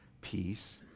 peace